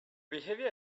behavior